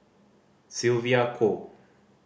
Sylvia Kho